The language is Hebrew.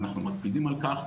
אנחנו מקפידים על כך.